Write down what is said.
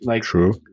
True